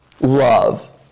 love